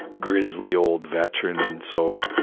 grizzly old veteran and so,